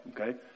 okay